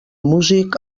músic